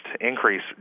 increase